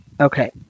Okay